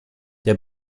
der